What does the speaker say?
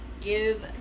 give